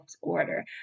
order